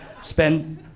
spend